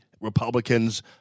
Republicans